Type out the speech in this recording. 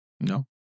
No